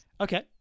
Okay